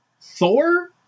Thor